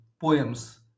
Poems